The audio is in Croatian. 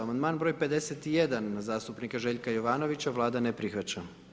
Amandman broj 51., zastupnika Željka Jovanovića, Vlada ne prihvaća.